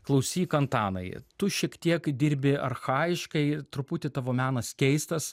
klausyk antanai tu šiek tiek dirbi archajiškai truputį tavo menas keistas